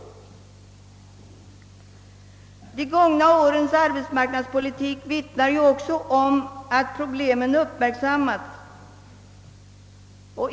De gångna årens arbetsmarknadspolitik vittnar också om att problemen uppmärksammats.